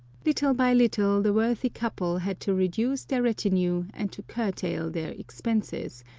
little by little the worthy couple had to reduce their retinue and to curtail their expenses,